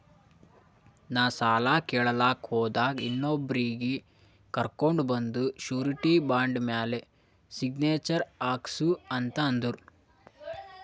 ನಾ ಸಾಲ ಕೇಳಲಾಕ್ ಹೋದಾಗ ಇನ್ನೊಬ್ರಿಗಿ ಕರ್ಕೊಂಡ್ ಬಂದು ಶೂರಿಟಿ ಬಾಂಡ್ ಮ್ಯಾಲ್ ಸಿಗ್ನೇಚರ್ ಹಾಕ್ಸೂ ಅಂತ್ ಅಂದುರ್